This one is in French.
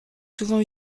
souvent